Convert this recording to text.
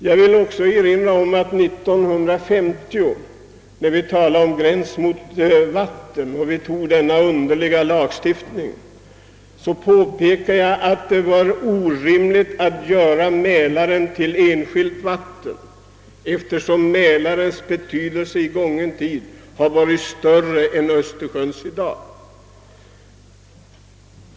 Jag vill också erinra om att jag, när vi år 1950 talade om gräns mot vatten och riksdagen tog denna underliga lagstiftning, påpekade att det var orimligt att att göra Mälaren till enskilt vatten, eftersom dess betydelse i gången tid har varit större än vad Östersjöns är i dag.